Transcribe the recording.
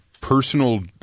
personal